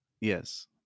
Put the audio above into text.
Yes